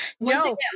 no